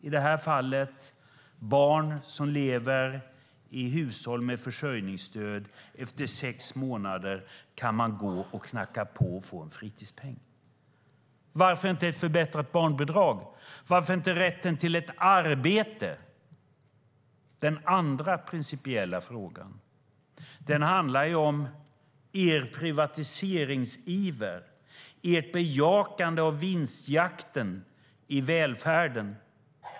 I detta fall är det barn som lever i hushåll med försörjningsstöd. Efter sex månader kan man gå och knacka på och få en fritidspeng. Varför inte ett förbättrat barnbidrag? Varför inte rätten till ett arbete? Den andra principiella frågan handlar om er privatiseringsiver, ert bejakande av vinstjakten i välfärden.